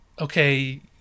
okay